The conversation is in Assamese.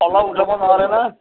অলপ উঠাব নোৱাৰেনে